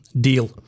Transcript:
deal